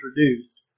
introduced